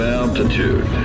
altitude